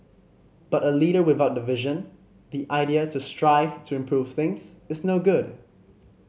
but a leader without the vision the idea to strive to improve things is no good